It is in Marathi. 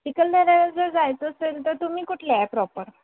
चिखलदऱ्याला जर जायचं असेल तर तुम्ही कुठले आहे प्रॉपर